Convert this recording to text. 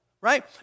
right